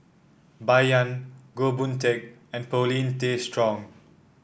Bai Yan Goh Boon Teck and Paulin Tay Straughan